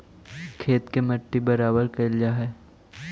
खेत के मट्टी बराबर कयल जा हई